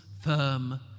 firm